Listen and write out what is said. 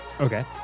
Okay